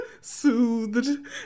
soothed